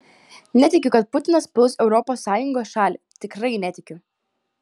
netikiu kad putinas puls europos sąjungos šalį tikrai netikiu